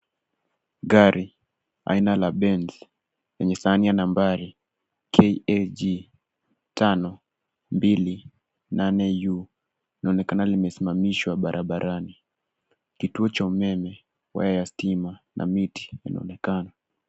Gari aina la Benz yenye sahani ya nambari KAG 528U linaonekana limesimamishwa barabarani. Kituo cha umeme, waya ya stima na miti inaonekana.